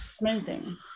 Amazing